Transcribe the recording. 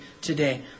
today